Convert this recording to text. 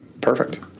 perfect